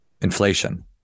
Inflation